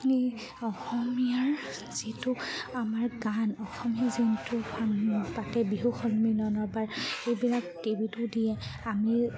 আমি অসমীয়াৰ যিটো আমাৰ গান অসমীয়া যিটো গান পাতে বিহু সন্মীলনবাৰ এইবিলাক টি ভিটো দিয়ে আমি